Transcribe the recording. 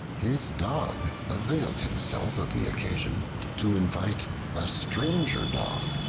his dog availed himself of the occasion to invite a stranger dog,